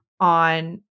on